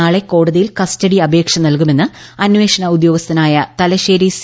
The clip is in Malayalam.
നാട്ട്ളെ കോടതിയിൽ കസ്റ്റഡി അപേക്ഷ നൽകുമെന്ന് അനേഷ്ണം ഉദ്യോഗസ്ഥനായ തലശ്ശേരി സി